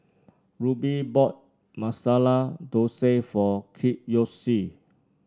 Rube bought Masala Dosa for Kiyoshi